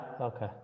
okay